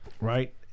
right